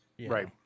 Right